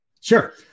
Sure